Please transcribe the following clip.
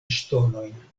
ŝtonojn